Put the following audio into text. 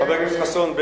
חבר הכנסת חסון,